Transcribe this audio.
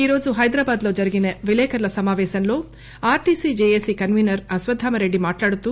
ఈరోజు హైదరాబాద్ లో జరిగిన విలేకరుల సమాపేశంలో ఆర్టీసీ జేఏసీ కన్వీనర్ అశ్వత్థామరెడ్డి మాట్లాడుతూ